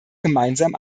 gemeinsam